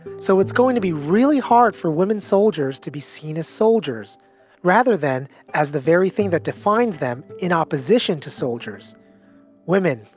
so it's going to be really hard for women soldiers to be seen as soldiers rather than as the very thing that defines them in opposition to women,